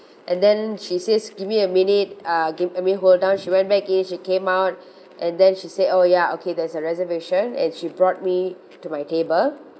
and then she says give me a minute uh give I mean hold down she went back in she came out and then she say oh ya okay there's a reservation and she brought me to my table